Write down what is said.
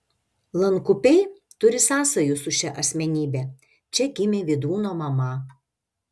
lankupiai turi sąsajų su šia asmenybe čia gimė vydūno mama